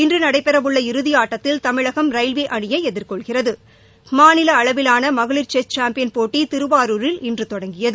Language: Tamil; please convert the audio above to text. இன்று நடைபெறவுள்ள இறுதி ஆட்டத்தில் தமிழகம் ரயில்வே அணியை எதிர்கொள்கிறது மாநில அளவிலான மகளிர் செஸ் சாம்பியன் போட்டி திருவாரூரில் இன்று தொடங்கியது